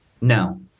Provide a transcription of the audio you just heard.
No